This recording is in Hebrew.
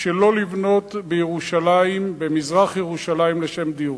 שלא לבנות בירושלים, במזרח-ירושלים, לשם דיוק,